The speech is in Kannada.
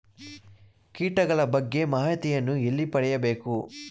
ಕೀಟಗಳ ಬಗ್ಗೆ ಮಾಹಿತಿಯನ್ನು ಎಲ್ಲಿ ಪಡೆಯಬೇಕು?